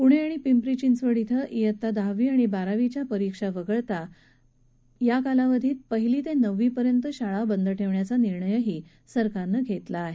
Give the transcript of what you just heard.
पुणे आणि पिपरी यिंचवड इथं इयत्ता दहावी आणि बारावीच्या परीक्षा वगळता या कालावधीत पहिली ते नववीपर्यंत शाळा बंद ठेवण्याचा निर्णय देखील सरकारनं घेतला आहे